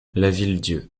lavilledieu